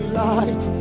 light